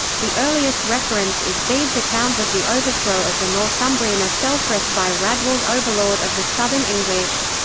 the earliest reference is bede's account of the overthrow of the northumbrian aethelfrith by raedwald overlord of the southern english.